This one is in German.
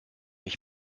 ich